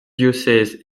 diocèse